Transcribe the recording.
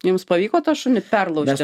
jums pavyko tą šunį perlaužti